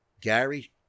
Gary